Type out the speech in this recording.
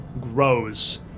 grows